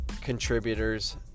contributors